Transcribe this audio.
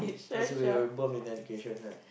cause we're we're both in education right